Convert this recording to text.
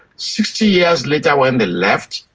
sixty years later, when they left,